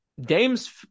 Dame's